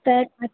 त